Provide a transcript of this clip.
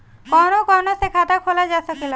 कौन कौन से खाता खोला जा सके ला?